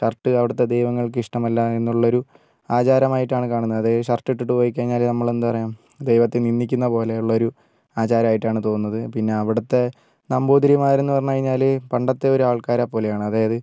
shirt അവിടുത്തെ ദൈവങ്ങൾക്ക് ഇഷ്ടമല്ല എന്നുള്ളൊരു ആചാരമായിട്ടാണ് കാണുന്നത് അതായത് ഷർട്ടിട്ട് പോയിക്കഴിഞ്ഞാല് നമ്മളെന്താ പറയും ദൈവത്തെ നിന്ദിക്കുന്ന പോലെയുള്ളൊരു ആചാരമായിട്ടാണ് തോന്നുന്നത് പിന്നെ അവിടുത്തെ നമ്പൂതിരിമാരെന്നു പറഞ്ഞുകഴിഞ്ഞാൽ പണ്ടത്തെ ഒരു ആൾക്കാരെപ്പോലെയാണ് അതായത്